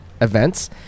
events